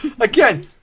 Again